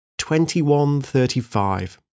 2135